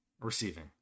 receiving